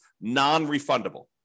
non-refundable